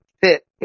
fit